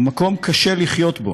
הוא מקום קשה לחיות בו,